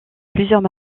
plusieurs